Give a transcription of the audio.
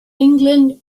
england